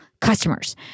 customers